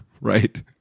right